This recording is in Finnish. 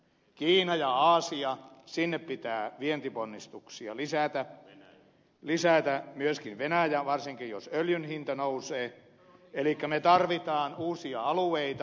kiinaan ja aasiaan pitää vientiponnistuksia lisätä myöskin venäjälle varsinkin jos öljyn hinta nousee elikkä me tarvitsemme uusia alueita